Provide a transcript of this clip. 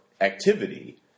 activity